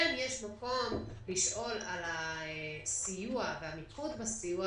יש מקום לשאול על הסיוע והעל המיקוד בסיוע